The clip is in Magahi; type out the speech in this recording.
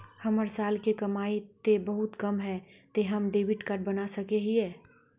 हमर साल के कमाई ते बहुत कम है ते हम डेबिट कार्ड बना सके हिये?